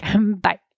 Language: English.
bye